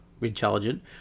intelligent